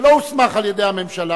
שלא הוסמך על-ידי הממשלה,